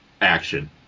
action